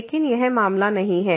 लेकिन यह मामला नहीं है